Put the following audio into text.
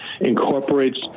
incorporates